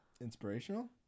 inspirational